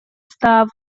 став